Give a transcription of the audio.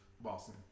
Boston